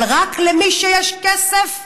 אבל רק למי שיש כסף?